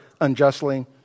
unjustly